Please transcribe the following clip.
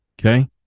Okay